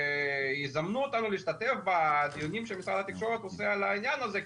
שיזמנו אותנו להשתתף בדיונים שמשרד התקשורת עושה בעניין הזה,